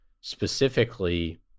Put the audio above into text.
specifically